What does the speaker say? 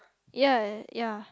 ya ya